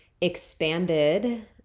expanded